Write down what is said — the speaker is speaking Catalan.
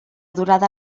durada